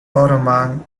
ottoman